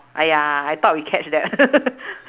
!aiya! I thought we catch that